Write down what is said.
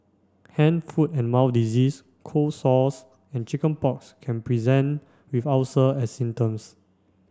hand foot and mouth disease cold sores and chicken pox can present with ulcers as symptoms